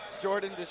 jordan